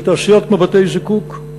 של תעשייה כמו בתי-זיקוק.